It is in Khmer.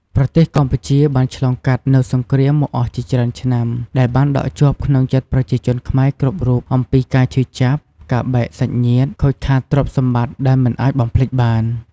ប្រទេសកម្ពុជាបានឆ្លងកាត់នូវសង្រ្គាមមកអស់ជាច្រើនឆ្នាំដែលបានដកជាប់ក្នុងចិត្តប្រជាជនខ្មែរគ្រប់រូបអំពីការឈឺចាប់ ការបែកសាច់ញាតិ ខូចខាតទ្រព្យសម្បត្តិដែលមិនអាចបំភ្លេចបាន។